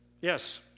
Yes